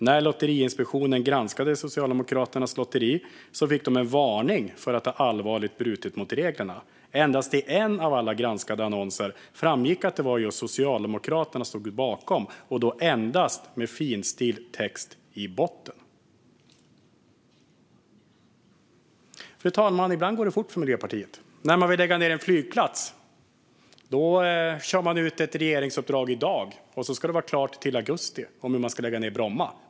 När Lotteriinspektionen granskade Socialdemokraternas lotteri fick de en varning för att ha allvarligt brutit mot reglerna. Endast i en av alla granskade annonser framgick att det var just Socialdemokraterna som stod bakom, och då endast med finstilt text längst ned. Fru talman! Ibland går det fort för Miljöpartiet. När man vill lägga ned en flygplats kör man ut ett regeringsuppdrag i dag, och så ska det vara klart till augusti hur Bromma ska läggas ned.